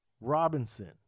Robinson